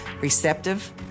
receptive